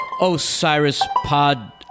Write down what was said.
OsirisPod